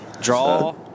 draw